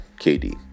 KD